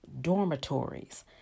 dormitories